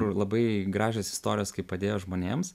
kur labai gražios istorijos kai padėjo žmonėms